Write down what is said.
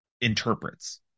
interprets